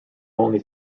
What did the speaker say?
only